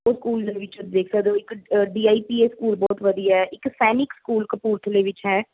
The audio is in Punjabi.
ਉਹ ਸਕੂਲ ਦੇ ਵਿੱਚੋਂ ਦੇਖ ਸਕਦੇ ਹੋ ਇੱਕ ਡੀ ਆਈ ਪੀ ਸਕੂਲ ਬਹੁਤ ਵਧੀਆ ਇੱਕ ਸੈਨਿਕ ਸਕੂਲ ਕਪੂਰਥਲੇ ਵਿੱਚ ਹੈ